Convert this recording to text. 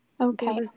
Okay